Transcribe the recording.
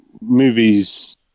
movies